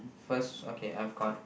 first okay I've got